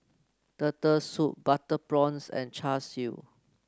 Turtle Soup Butter Prawns and Char Siu